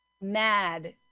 mad